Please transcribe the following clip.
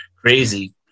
crazy